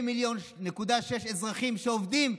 2.6 מיליון אזרחים שעובדים,